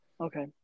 Okay